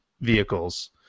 vehicles